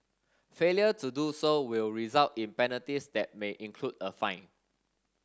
failure to do so will result in penalties that may include a fine